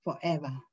forever